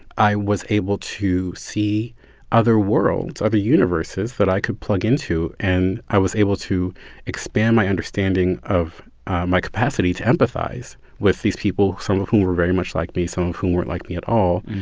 i was able to see other worlds, other universes that i could plug into. and i was able to expand my understanding of my capacity to empathize with these people, some of whom were very much like me, some of whom weren't like me at all,